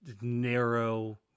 narrow